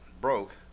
broke